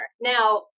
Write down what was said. Now